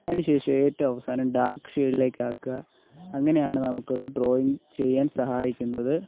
അതിന് ശേഷം ഏറ്റവും അവസാനം ഡാർക്ക് ഷെയ്ഡിലേക്ക് ആക്കുക അങ്ങനെയാണ് നമുക്ക് ഒരു ഡ്രോയിങ് ചെയ്യാൻ സഹായിക്കുന്നത്